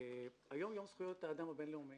היום יום זכויות האדם הבין-לאומי,